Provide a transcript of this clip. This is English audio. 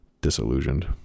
disillusioned